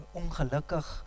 ongelukkig